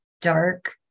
dark